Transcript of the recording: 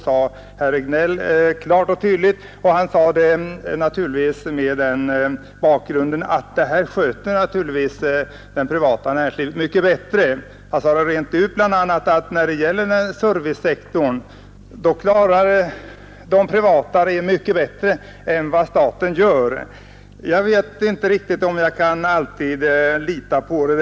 Han menade naturligtvis att det här sköter det privata näringslivet mycket bättre. Han sade rent ut att servicesektorn sköter det privata näringslivet mycket bättre än vad staten gör. Jag vet inte om man alltid kan lita på det.